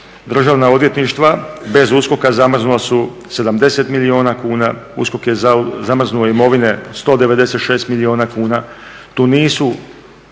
državna odvjetništva bez USKOK-a zamrznula su 70 milijuna kuna, USKOK je zamrznuo imovine 196 milijuna kuna.